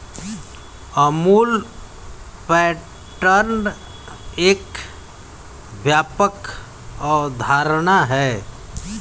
Amul pattern एक व्यापक अवधारणा है